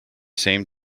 same